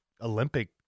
Olympic